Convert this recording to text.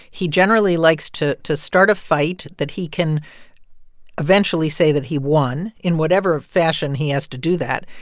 he generally likes to to start a fight that he can eventually say that he won in whatever fashion he has to do that.